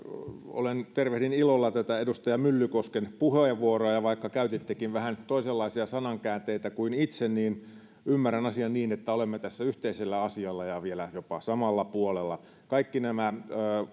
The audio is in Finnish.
tervehdin ilolla tätä edustaja myllykosken puheenvuoroa vaikka käytittekin vähän toisenlaisia sanankäänteitä kuin itse käytin niin ymmärrän asian niin että olemme tässä yhteisellä asialla ja vielä jopa samalla puolella kaikki nämä